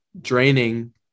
draining